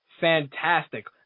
fantastic